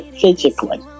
physically